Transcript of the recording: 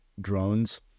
drones